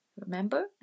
Remember